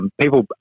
people